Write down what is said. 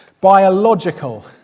Biological